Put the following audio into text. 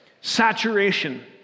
saturation